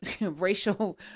racial